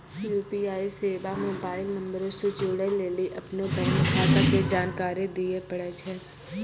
UPI सेबा mobile नंबरो से जोड़ै लेली अपनो बैंक खाता के जानकारी दिये पड़ै छै